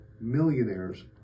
millionaires